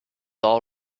all